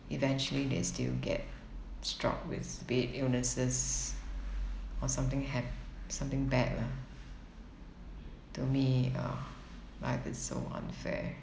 eventually they still get struck with be it illnesses or something hap~ something bad lah to me uh life is so unfair